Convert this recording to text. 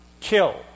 kill